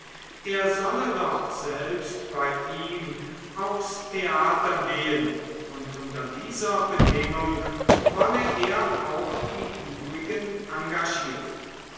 er solle doch selbst bei ihm aufs theater gehen und unter dieser bedingung wolle er auch die übrigen engagieren